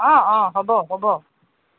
অ অ হ'ব হ'ব